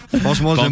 franchement